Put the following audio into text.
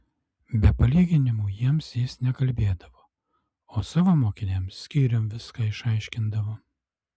be palyginimų jiems jis nekalbėdavo o savo mokiniams skyrium viską išaiškindavo